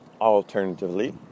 alternatively